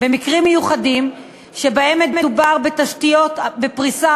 במקרים מיוחדים שבהם מדובר בתשתיות בפריסה